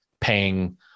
paying